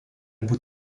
būti